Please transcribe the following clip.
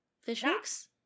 fishhooks